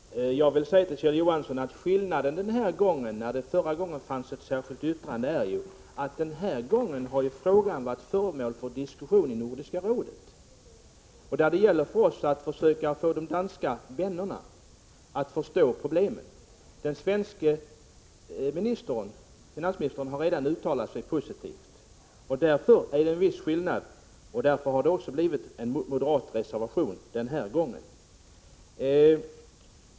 Herr talman! Jag vill säga till Kjell Johansson att en skillnad i förhållande till föregående tillfälle när denna fråga behandlades, då det förelåg ett särskilt yttrande, är att frågan denna gång har varit föremål för diskussion i Nordiska rådet. Det gäller att försöka få våra danska vänner där att förstå problemet. En annan skillnad är att den svenske finansministern redan har uttalat sig positivt. Mot denna bakgrund har det också avgivits en moderat reservation denna gång.